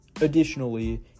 Additionally